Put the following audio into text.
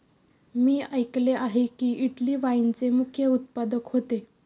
मी ऐकले आहे की, इटली वाईनचे मुख्य उत्पादक होते